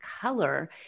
color